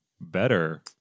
better